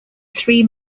three